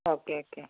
okay okay